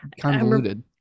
convoluted